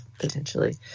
potentially